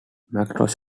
mcintosh